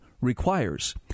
requires